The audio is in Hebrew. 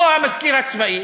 או המזכיר הצבאי